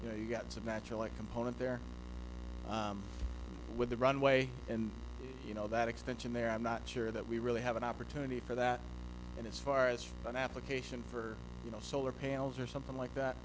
you know you've got some natural like component there with the runway and you know that extension there i'm not sure that we really have an opportunity for that and as far as an application for you know solar panels or something like that